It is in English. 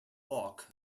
locke